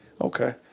okay